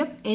F N